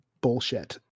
bullshit